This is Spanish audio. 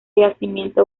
yacimiento